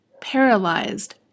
paralyzed